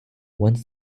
once